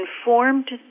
informed